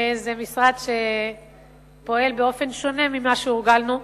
הוא משרד שפועל באופן שונה ממה שהורגלנו,